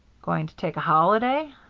going to take a holiday?